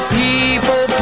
people